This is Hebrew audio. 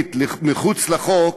הצפונית אל מחוץ לחוק,